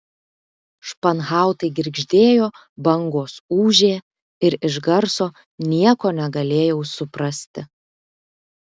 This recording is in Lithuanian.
španhautai girgždėjo bangos ūžė ir iš garso nieko negalėjau suprasti